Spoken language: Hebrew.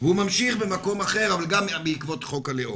והוא ממשיך במקום אחר אבל גם בעקבות חוק הלאום.